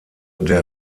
der